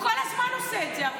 --- אבל הוא כל הזמן עושה את זה.